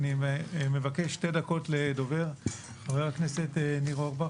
אני רוצה לדעת מה נעשה מול חיילים ושוטרים שהשתתפו או לא הגנו,